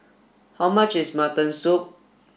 how much is mutton soup